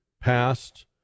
past